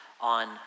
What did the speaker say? on